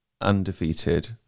undefeated